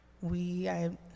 we—I